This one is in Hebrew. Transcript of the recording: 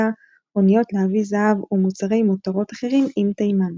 אוניות להביא זהב ומוצרי מותרות אחרים עם תימן.